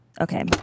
Okay